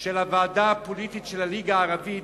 של הוועדה הפוליטית של הליגה הערבית,